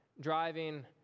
driving